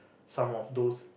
some of those